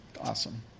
awesome